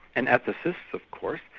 and ethicists of course.